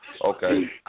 Okay